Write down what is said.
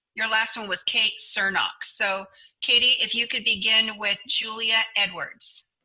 your last one was kate cernok. so katie, if you could begin with julia edwards.